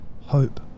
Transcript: hope